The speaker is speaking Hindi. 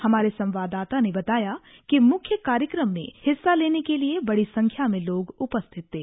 हमारे संवाददाता ने बताया कि मुख्य कार्यक्रम में हिस्सा लेने के लिए बड़ी संख्या में लोग उपस्थित थे